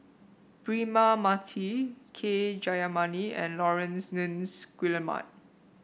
Braema Mathi K Jayamani and Laurence Nunns Guillemard